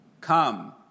come